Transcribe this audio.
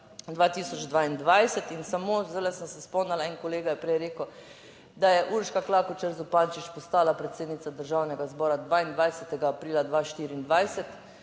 2022. Samo zdajle sem se spomnila, en kolega je prej rekel, da je Urška Klakočar Zupančič postala predsednica državnega zbora 22. aprila 2024,